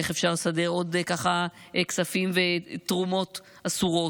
איך אפשר לסדר עוד כספים ותרומות אסורות.